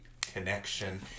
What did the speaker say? connection